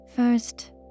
First